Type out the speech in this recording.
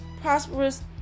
prosperous